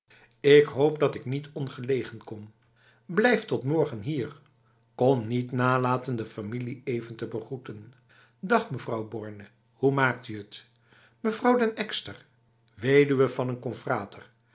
ik hoop dat ik niet ongelegen kom blijf tot morgen hierb kon niet nalaten de familie even te begroeten dag mevrouw borne hoe maakt u het mevrouw den ekster weduwe van een confrater